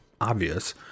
obvious